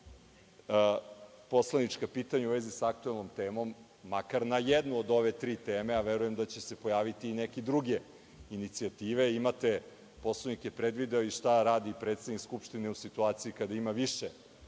poslanička pitanja u vezi sa aktuelnom temom makar na jednu od ove tri teme, a verujem da će se pojaviti i neke druge inicijative. Poslovnik je predvideo i šta radi predsednik Skupštine u situaciji kada ima više